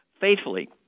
faithfully